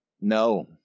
No